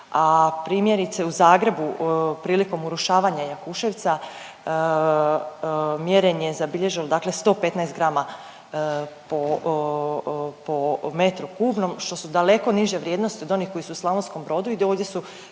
a primjerice, u Zagrebu prilikom urušavanja Jakuševca mjerenje je zabilježeno, dakle 115 gr po metru kubnom, što su daleko niže vrijednosti od onih koje su u Slavonskom Brodu i ovdje su